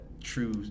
true